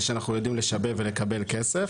זה שאנחנו יודעים לשבב ולקבל כסף,